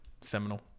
seminal